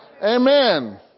Amen